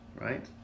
right